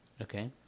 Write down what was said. Okay